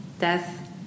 death